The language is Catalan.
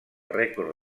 rècord